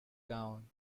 gown